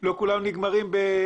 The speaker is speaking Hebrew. לא כל המקרים האלו נגמרים בנפש,